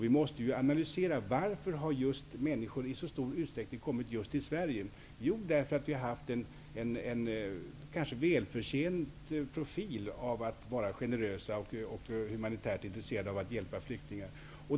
Vi måste analysera varför människor i så stor utsträckning har kommit just till Sverige. Anled ningen härtill är att vi har haft en, kanske välför tjänt, profil av att vara generösa och humanitärt intresserade av att skydda flyktingar.